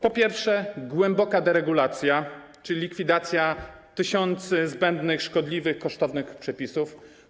Po pierwsze, głęboka deregulacja, czyli likwidacja tysięcy zbędnych, szkodliwych, kosztownych przepisów.